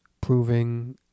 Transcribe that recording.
proving